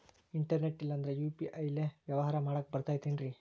Internet ಇಲ್ಲಂದ್ರ UPI ಲೇ ವ್ಯವಹಾರ ಮಾಡಾಕ ಬರತೈತೇನ್ರೇ?